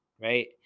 right